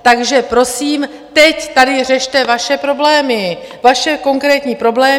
Takže prosím, teď tady řešte vaše problémy, vaše konkrétní problémy.